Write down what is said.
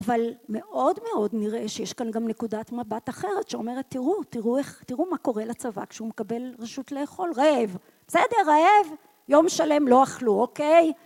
אבל מאוד מאוד נראה שיש כאן גם נקודת מבט אחרת שאומרת, תראו מה קורה לצבא כשהוא מקבל רשות לאכול. רעב. בסדר, רעב? יום שלם לא אכלו, אוקיי?